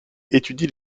étudie